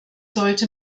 sollte